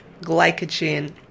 glycogen